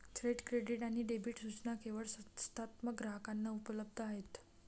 थेट क्रेडिट आणि डेबिट सूचना केवळ संस्थात्मक ग्राहकांना उपलब्ध आहेत